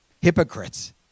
Hypocrites